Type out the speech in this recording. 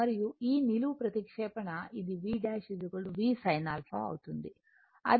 మరియు ఈ నిలువు ప్రతిక్షేపణ ఇది V ' V sin α అవుతుంది